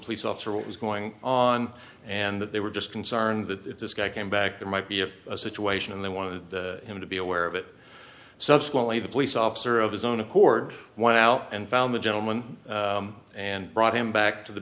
police officer what was going on and that they were just concerned that if this guy came back there might be a situation and they wanted him to be aware of it subsequently the police officer of his own accord wow and found the gentleman and brought him back to the